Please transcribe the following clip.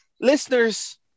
Listeners